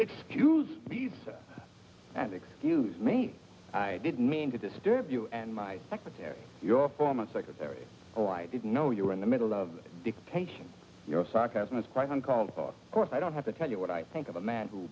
excuse b's and excuse me i didn't mean to disturb you and my secretary your former secretary or i didn't know you were in the middle of dictation you know sarcasm is present called of course i don't have to tell you what i think of a man who